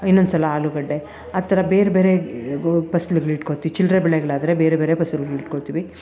ಇನ್ನೊಂದ್ಸಲ ಆಲೂಗಡ್ಡೆ ಆ ಥರ ಬೇರೆ ಬೇರೆ ಫಸ್ಲುಗಳು ಇಟ್ಕೊತೀವಿ ಚಿಲ್ಲರೆ ಬೆಳೆಗಳಾದರೆ ಬೇರೆ ಬೇರೆ ಫಸಲುಗಳು ಇಟ್ಕೋತೀವಿ